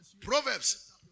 Proverbs